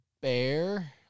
bear